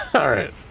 alright.